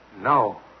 No